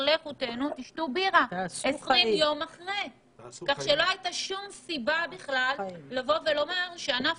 כך שלא היית שום סיבה בכלל לומר שענף